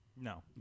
No